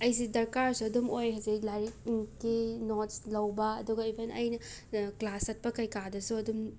ꯑꯩꯁꯤ ꯗꯔꯀꯥꯔꯁꯨ ꯑꯗꯨꯝ ꯑꯣꯏ ꯍꯖꯤꯛ ꯂꯥꯏꯔꯤꯛ ꯅꯨꯡꯀꯤ ꯅꯣꯠꯁ ꯂꯧꯕꯥ ꯑꯗꯨꯒ ꯏꯕꯟ ꯑꯩꯅ ꯀ꯭ꯂꯥꯁ ꯆꯠꯄ ꯀꯩ ꯀꯥꯗꯁꯨ ꯑꯗꯨꯝ